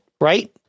right